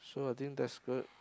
so I think that's good